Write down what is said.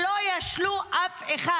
שלא ישלו אף אחד.